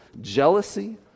jealousy